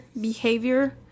behavior